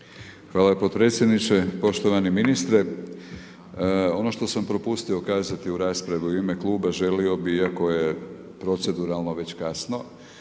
Hvala podpredsjedniče, poštovani ministre. Ono što sam propustio kazati u raspravi u ime kluba, želio bih iako je proceduralno već kasno.